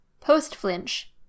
post-flinch